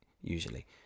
usually